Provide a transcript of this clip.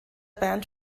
band